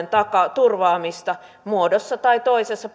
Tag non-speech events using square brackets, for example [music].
turvaamista muodossa tai toisessa [unintelligible]